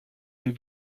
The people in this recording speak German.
der